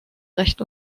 recht